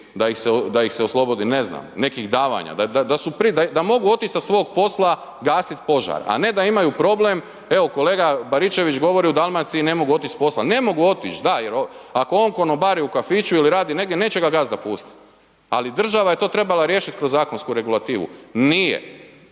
da ih se oslobodi, ne znam, nekih davanja, da, da, da su, da mogu otić sa svog posla gasit požar, a ne da imaju problem, evo kolega Baričević govori u Dalmaciji ne mogu otić s posla, ne mogu otić da, jer ako on konobari u kafiću ili radi negdje, neće ga gazda pustit, ali država je to trebala riješit kroz zakonsku regulativu, nije